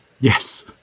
Yes